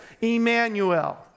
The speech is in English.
Emmanuel